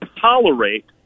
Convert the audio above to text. tolerate